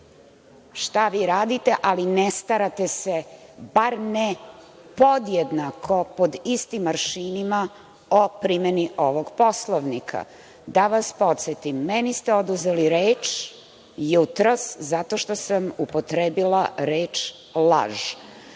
šta vi radite, ali ne starate se, bar ne podjednako pod istim aršinima o primeni ovog Poslovnika. Da vas podsetim, meni ste oduzeli reč jutros zato što sam upotrebila reč laž.